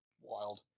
Wild